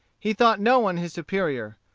he thought no one his superior.